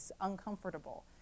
uncomfortable